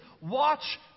Watch